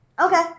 Okay